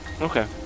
Okay